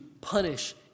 punish